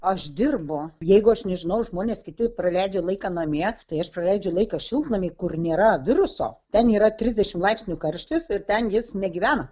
aš dirbu jeigu aš nežinau žmonės kiti praleidžia laiką namie tai aš praleidžiu laiką šiltnamy kur nėra viruso ten yra trisdešimt laipsnių karštis ir ten jis negyvena